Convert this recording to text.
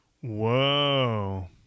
whoa